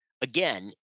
Again